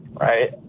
right